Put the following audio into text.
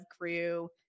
grew